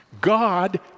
God